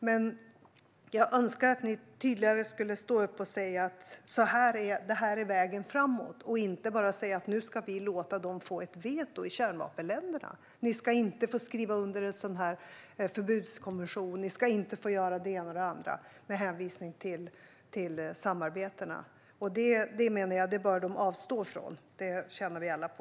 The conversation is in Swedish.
Men jag önskar att ni skulle stå upp och tydligare säga att det här är vägen framåt och inte bara säga att vi nu ska låta kärnvapenländerna få ett veto, att vi inte ska få skriva under en förbudskonvention, att vi inte ska få göra det ena och det andra med hänvisning till samarbetena. Det menar jag att man bör avstå från. Det tjänar vi alla på.